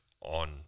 on